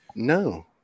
no